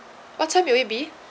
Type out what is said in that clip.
what time it will be